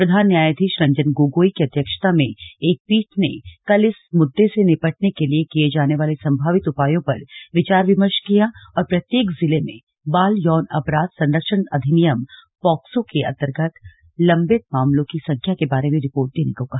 प्रधान न्यायाधीश रंजन गोगोई की अध्यक्षता में एक पीठ ने कल इस मुद्दे से निपटने के लिए किए जाने वाले संभावित उपायों पर विचार विमर्श किया और प्रत्येक जिले में बाल यौन अपराध संरक्षण अधिनियम पॉक्सो के अंतर्गत लंबित मामलों की संख्या के बारे में रिपोर्ट देने को कहा